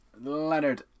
Leonard